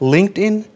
LinkedIn